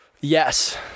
Yes